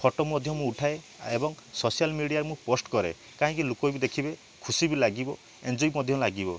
photo ମଧ୍ୟ ମୁଁ ଉଠାଏ ଏବଂ ସୋସିଆଲ୍ ମିଡ଼ିଆରେ ମୁଁ ପୋଷ୍ଟ କରେ କାହିଁକି ଲୋକ ବି ଦେଖିବେ ଖୁସି ବି ଲାଗିବ ଏନ୍ଜୟ ବି ମଧ୍ୟ ଲାଗିବ